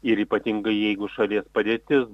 ir ypatingai jeigu šalies padėtis